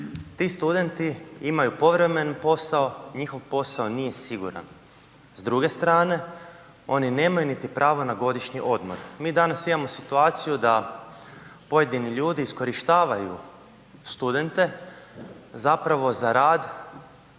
ti studenti imaju povremeni posao, njihov posao nije siguran. S druge strane, oni nemaju niti prava na godišnji odmor. Mi danas imamo situaciju da pojedini ljudi iskorištavaju studente zapravo za rad